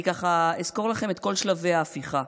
אני אסקור את כל שלבי ההפיכה.